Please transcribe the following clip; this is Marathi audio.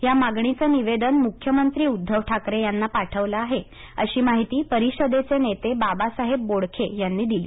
या मागणीचं निवेदन मुख्यमंत्री उद्धव ठाकरे यांना पाठवलं आहे अशी माहिती परिषदेचे नेते बाबासाहेब बोडखे यांनी दिली